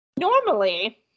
normally